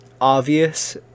obvious